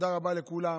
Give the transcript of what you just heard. תודה רבה לכולם.